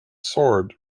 sword